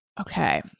Okay